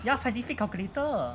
ya scientific calculator